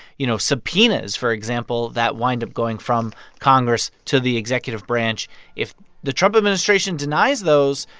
you know, subpoenas, for example, that wind up going from congress to the executive branch if the trump administration denies those,